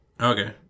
Okay